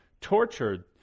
tortured